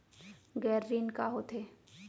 गैर ऋण का होथे?